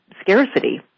scarcity